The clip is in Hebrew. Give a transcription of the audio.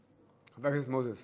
חבר הכנסת מוזס.